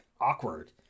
awkward